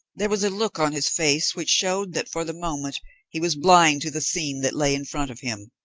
there was a look on his face which showed that for the moment he was blind to the scene that lay in front of him,